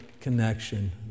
connection